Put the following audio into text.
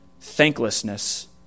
thanklessness